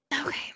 Okay